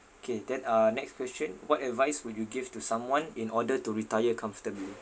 K then uh next question what advice would you give to someone in order to retire comfortably